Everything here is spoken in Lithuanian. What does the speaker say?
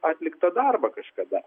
atliktą darbą kažkada